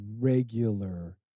regular